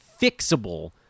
fixable